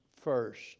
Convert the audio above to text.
first